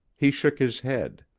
he shook his head.